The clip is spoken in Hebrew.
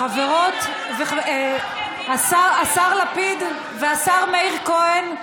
חברות, השר לפיד והשר מאיר כהן,